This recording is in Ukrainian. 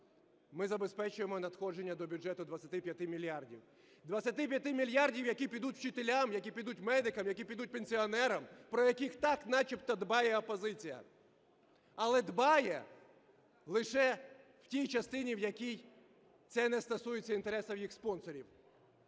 ми забезпечуємо надходження до бюджету 25 мільярдів. 25 мільярдів, які підуть учителям, які підуть медикам, які підуть пенсіонерам, про яких так начебто дбає опозиція, але дбає лише в тій частині, в якій це не стосується інтересів їх спонсорів.